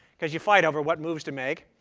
because you fight over what moves to make.